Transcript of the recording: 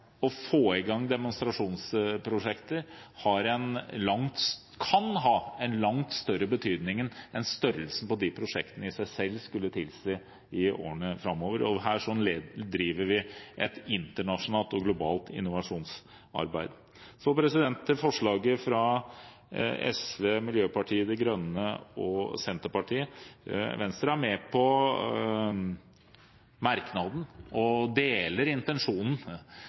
å få i gang demonstrasjonsprosjekter ha en langt større betydning enn størrelsen på de prosjektene i seg selv skulle tilsi, i årene framover. Her driver vi et internasjonalt og globalt innovasjonsarbeid. Så til forslaget fra Sosialistisk Venstreparti, Miljøpartiet De Grønne og Senterpartiet. Venstre er med på merknaden og deler intensjonen